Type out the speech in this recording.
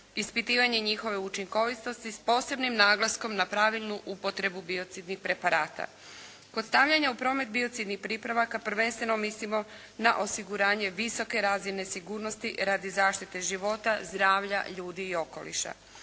ispitivanje njihove učinkovitosti s posebnim naglaskom na pravilnu upotrebu biocidnih preparata. Kod stavljanja u promet biocidnih pripravaka prvenstveno mislimo na osiguranje visoke razine sigurnosti radi zaštite života, zdravlja ljudi i okoliša.